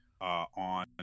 on